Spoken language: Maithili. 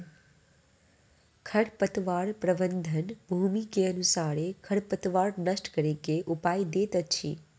खरपतवार प्रबंधन, भूमि के अनुसारे खरपतवार नष्ट करै के उपाय दैत अछि